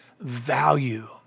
value